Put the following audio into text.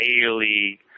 daily